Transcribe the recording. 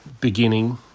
beginning